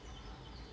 hmm